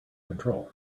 control